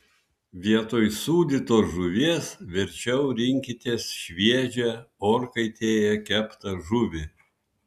vietoj sūdytos žuvies verčiau rinkitės šviežią orkaitėje keptą žuvį